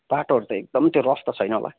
बाटोहरू त एकदम त्यो रफ त छैन होला